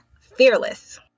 fearless